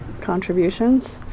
contributions